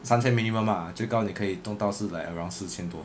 三千 minimum mah 最高你可以动到是 like around 四千多